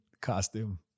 costume